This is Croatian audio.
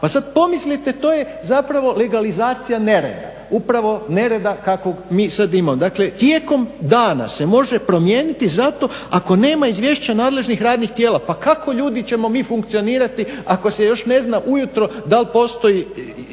Pa sada pomislite to je legalizacija nereda, upravo nereda kakvog mi sada imamo. Dakle tijekom dana se može promijeniti zato ako nema izvješća nadležnih radnih tijela. Pa kako ćemo ljudi mi funkcionirati ako se još ne zna ujutro da li postoji